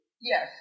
Yes